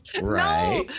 right